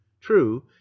true